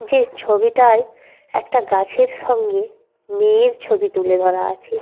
যে ছবিটায় একটা গাছের সঙ্গে মেয়ের ছবি তুলে ধরা আছে